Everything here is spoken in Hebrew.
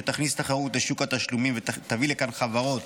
שתכניס תחרות לשוק התשלומים ותביא לכאן חברות